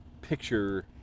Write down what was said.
picture